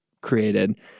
created